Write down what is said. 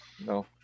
No